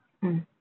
mm